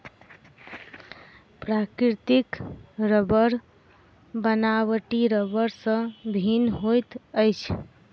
प्राकृतिक रबड़ बनावटी रबड़ सॅ भिन्न होइत अछि